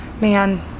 Man